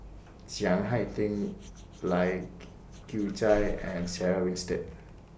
Chiang Hai Ding Lai Kew Chai and Sarah Winstedt